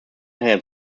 herr